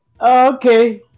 okay